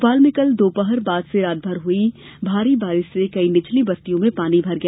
भोपाल में कल दोपहर बाद से रातभर हई भारी बारिश से कई निचली बस्तियों में पानी भर गया